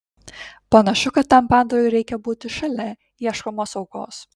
panašu kad tam padarui reikia būti šalia ieškomos aukos